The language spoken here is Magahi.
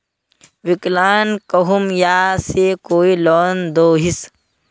विकलांग कहुम यहाँ से कोई लोन दोहिस?